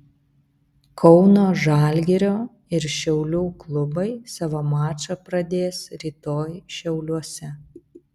kauno žalgirio ir šiaulių klubai savo mačą pradės rytoj šiauliuose